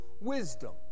wisdom